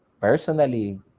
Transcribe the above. personally